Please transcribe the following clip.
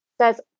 says